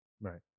Right